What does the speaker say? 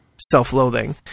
self-loathing